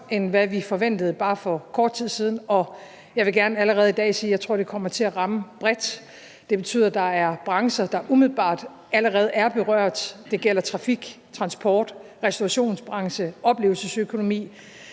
end hvad vi forventede for bare kort tid siden. Og jeg vil gerne allerede i dag sige, at jeg tror, at det kommer til at ramme bredt. Det betyder, at der er brancher, der umiddelbart allerede er berørt af det – det gælder trafik, transportsektoren, restaurationsbranchen, oplevelsesøkonomien,